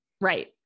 right